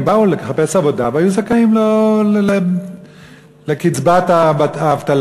הם באו לחפש עבודה, והיו זכאים לקצבת האבטלה.